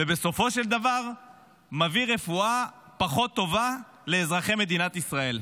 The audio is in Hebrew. ובסופו של דבר מביא רפואה פחות טובה לאזרחי מדינת ישראל.